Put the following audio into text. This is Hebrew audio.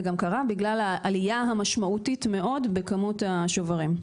זה גם קרה בגלל העלייה המשמעותית מאוד בכמות השוברים.